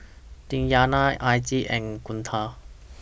Diyana Aziz and Guntur